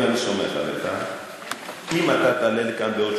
אני מוכן בתוך שלושה שבועות לתת לך,